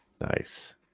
nice